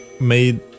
made